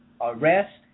arrest